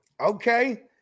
Okay